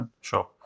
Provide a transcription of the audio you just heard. Sure